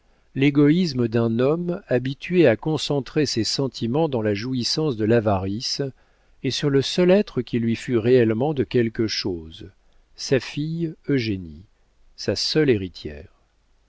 l'égoïsme d'un homme habitué à concentrer ses sentiments dans la jouissance de l'avarice et sur le seul être qui lui fût réellement de quelque chose sa fille eugénie sa seule héritière